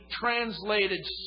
translated